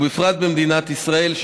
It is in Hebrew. ובפרט במדינת ישראל,